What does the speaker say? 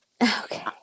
Okay